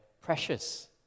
precious